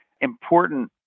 important